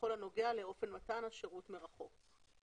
בכל הנוגע לאופן מתן השירות מרחוק.